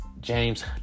James